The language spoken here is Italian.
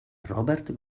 robert